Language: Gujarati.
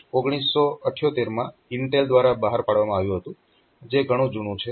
તે વર્ષ 1978 માં INTEL દ્વારા બહાર પાડવામાં આવ્યુ હતું જે ઘણું જૂનું છે